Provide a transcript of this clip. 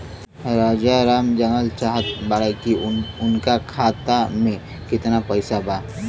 राजाराम जानल चाहत बड़े की उनका खाता में कितना पैसा बा?